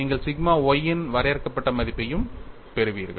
நீங்கள் sigma y இன் வரையறுக்கப்பட்ட மதிப்பையும் பெறுவீர்கள்